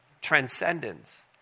transcendence